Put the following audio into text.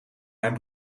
mijn